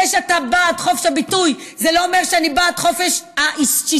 זה שאתה בעד חופש הביטוי זה לא אומר שאני בעד חופש השיסוי,